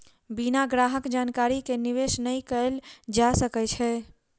बिना ग्राहक जानकारी के निवेश नै कयल जा सकै छै